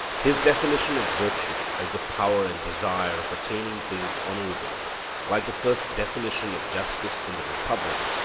his definition of virtue as the power and desire of attaining things honourable like the first definition of justice in the republic,